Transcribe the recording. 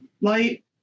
light